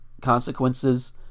consequences